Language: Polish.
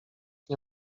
nie